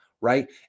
right